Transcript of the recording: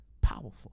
Powerful